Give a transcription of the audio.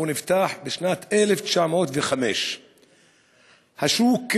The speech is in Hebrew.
נפתח בשנת 1905. השוק,